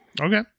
Okay